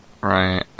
Right